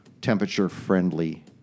temperature-friendly